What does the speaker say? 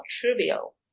trivial